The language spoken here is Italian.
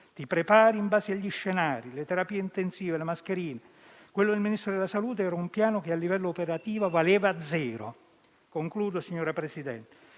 ti prepari in base agli scenari: le terapie intensive, le mascherine. Quello del Ministro della salute era un piano che a livello operativo valeva zero». Signor Presidente,